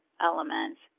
elements